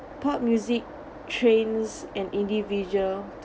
pop music trains an individual to